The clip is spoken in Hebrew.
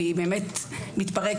והיא באמת מתפרקת,